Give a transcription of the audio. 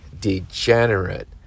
degenerate